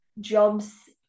jobs